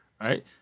right